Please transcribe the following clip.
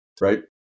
right